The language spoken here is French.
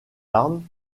arme